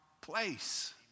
place